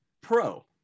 pro